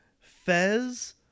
Fez